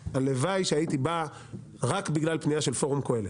הלוואי שהייתי בא רק בגלל פנייה של פורום קהלת,